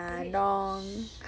eh wait wait shush